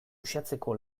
uxatzeko